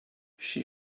she